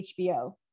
HBO